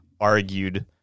argued